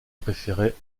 préféraient